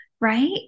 right